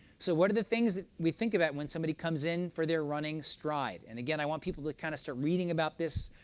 so what are the things that we think about when somebody comes in for their running stride? and again, i want people to kind of start reading about this,